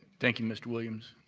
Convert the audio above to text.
thank you, mr. williams.